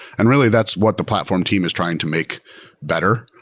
and really that's what the platform team is trying to make better,